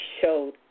showed